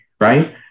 right